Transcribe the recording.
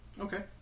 okay